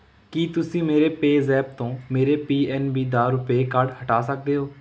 ਕੀ ਤੁਸੀਂਂ ਮੇਰੇ ਪੇਅਜ਼ੈਪ ਤੋਂ ਮੇਰੇ ਪੀ ਐੱਨ ਬੀ ਦਾ ਰੁਪਏ ਕਾਰਡ ਹਟਾ ਸਕਦੇ ਹੋ